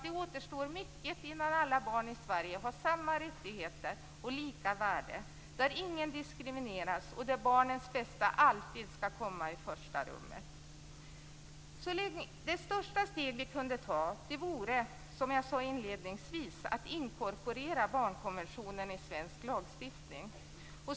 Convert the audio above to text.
Det återstår mycket innan alla barn i Sverige har samma rättigheter och lika värde, där ingen diskrimineras och där barnens bästa alltid skall komma i första rummet. Det största steget vi kan ta, som jag inledningsvis sade, vore att inkorporera barnkonventionen i svensk lagstiftning.